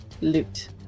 loot